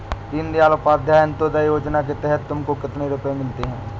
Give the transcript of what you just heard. दीन दयाल उपाध्याय अंत्योदया योजना के तहत तुमको कितने रुपये मिलते हैं